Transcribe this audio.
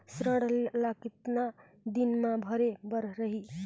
ऋण ला कतना दिन मा भरे बर रही?